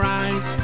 eyes